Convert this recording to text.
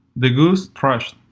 the goose thrashed.